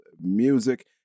music